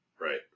Right